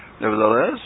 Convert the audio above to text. Nevertheless